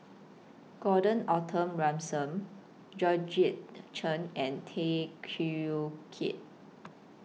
Gordon Arthur Ransome Georgette Chen and Tay Teow Kiat